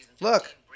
Look